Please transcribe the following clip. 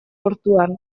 ortuan